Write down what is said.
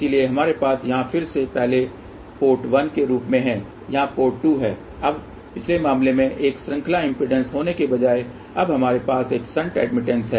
इसलिए हमारे पास यहाँ फिर से पहले पोर्ट 1 के रूप में है यहाँ पोर्ट 2 है अब पिछले मामले में एक श्रृंखला इम्पीडेन्स होने के बजाय अब हमारे पास एक शंट एडमिटन्स है